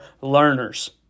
learners